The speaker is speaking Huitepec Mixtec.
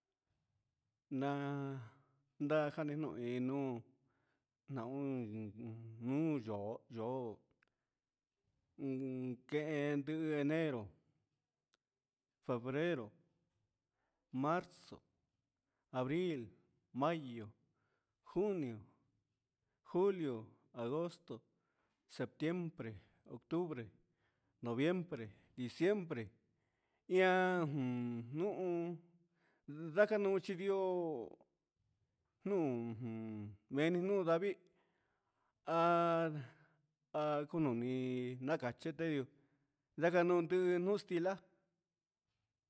Na'a ndajani ninuu menó naun yuu yo'ó yu yo'ó uun kendo enero, febrero, marzo, abril, mayo, junio, julio, agosto, septiembre, octubre, noviembre, diciembre ian jun nu'ú ndakanu chindió nujun meni no'o ndavii há ha ku noni nache ihó ndakanundo nuu tixla'a.